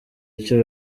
icyo